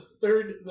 third